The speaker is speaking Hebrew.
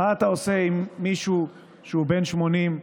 מה אתה עושה עם מישהו שהוא בן 80,